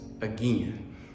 again